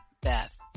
Beth